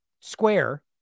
square